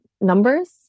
numbers